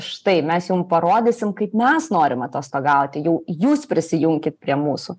štai mes jum parodysim kaip mes norim atostogauti jau jūs prisijunkit prie mūsų